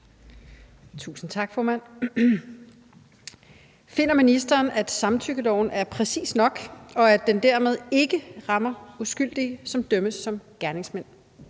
Tusind tak, formand. Finder ministeren, at samtykkeloven er præcis nok, og at den dermed ikke rammer uskyldige, som dømmes som gerningsmænd?